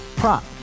prop